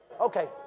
Okay